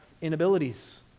inabilities